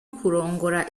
kurongora